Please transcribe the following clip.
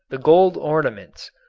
the gold ornaments,